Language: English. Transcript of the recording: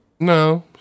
No